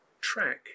track